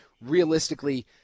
realistically